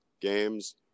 games